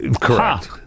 Correct